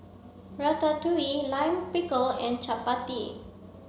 Ratatouille Lime Pickle and Chapati